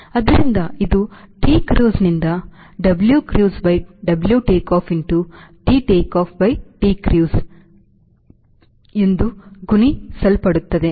ಆದ್ದರಿಂದ ಇದು ಟಿ ಕ್ರೂಸ್ನಿಂದ W cruiseby W takeoff into T takeoff by T cruise ಗುಣಿಸಲ್ಪಡುತ್ತದೆ